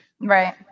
Right